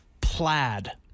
Plaid